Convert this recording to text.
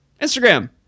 instagram